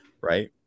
right